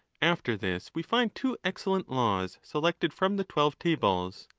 after this, we find two excellent laws selected from the twelve tables.